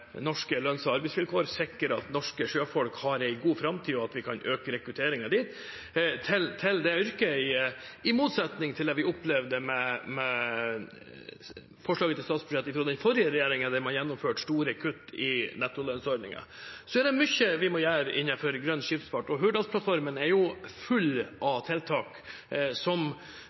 norske sjøfolk har en god framtid og øke rekrutteringen til det yrket – i motsetning til det vi opplevde i forslaget til statsbudsjett fra den forrige regjeringen, der man gjennomførte store kutt i nettolønnsordningen. Det er mye vi må gjøre innenfor grønn skipsfart, og Hurdalsplattformen er full av tiltak som